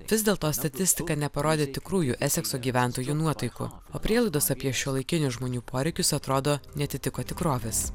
vis dėl to statistika neparodė tikrųjų esekso gyventojų nuotaikų o prielaidos apie šiuolaikinių žmonių poreikius atrodo neatitiko tikrovės